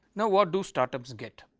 now, what do start-up get?